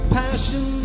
passion